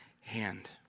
hand